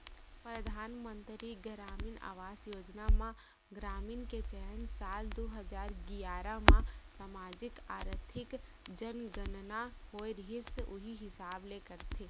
परधानमंतरी गरामीन आवास योजना म ग्रामीन के चयन साल दू हजार गियारा म समाजिक, आरथिक जनगनना होए रिहिस उही हिसाब ले करथे